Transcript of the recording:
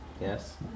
Yes